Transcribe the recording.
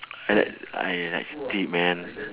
I like I like steak man